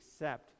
accept